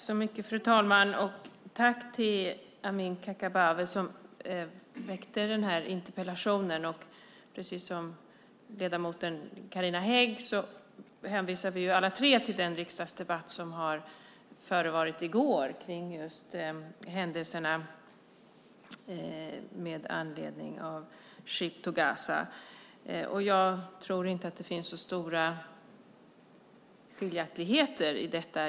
Fru talman! Jag vill tacka Amineh Kakabaveh som ställde interpellationen. Alla tre hänvisar vi till den riksdagsdebatt som hölls i går med anledning av händelserna kring Ship to Gaza. Jag tror inte att det finns så stora skiljaktigheter mellan oss.